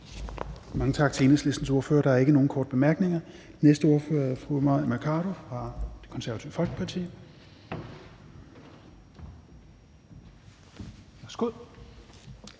Tak til Enhedslistens ordfører. Der er ikke nogen korte bemærkninger. Den næste ordfører er fru Mai Mercado fra Det Konservative Folkeparti. Værsgo.